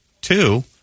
Two